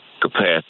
capacity